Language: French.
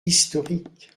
historique